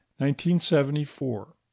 1974